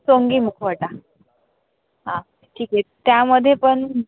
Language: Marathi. सोंगीमुखवटा हां ठीक आहे त्यामध्ये पण